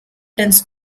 tends